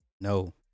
No